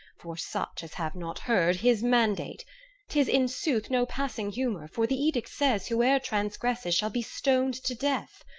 for such as have not heard, his mandate tis in sooth no passing humor, for the edict says whoe'er transgresses shall be stoned to death.